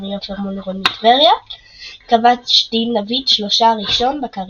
סמי עופר מול עירוני טבריה כבש דין דוד שלושער ראשון בקריירה.